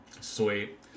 Sweet